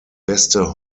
beste